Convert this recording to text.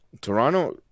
Toronto